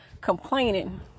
complaining